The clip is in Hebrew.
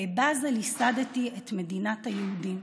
"בבאזל ייסדתי את מדינת היהודים",